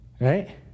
Right